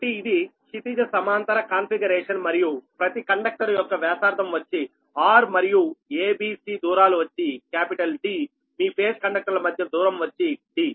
కాబట్టి ఇది క్షితిజ సమాంతర కాన్ఫిగరేషన్ మరియు ప్రతి కండక్టర్ యొక్క వ్యాసార్థం వచ్చి r మరియు a b c దూరాలు వచ్చి D మీ ఫేజ్ కండక్టర్ల మధ్య దూరం వచ్చి d